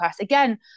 again